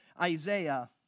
Isaiah